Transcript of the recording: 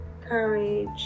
courage